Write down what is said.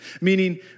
Meaning